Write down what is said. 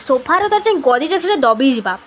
ସୋଫାର ଗଦିଟା ସେଇଟା ଦବି ଯିବା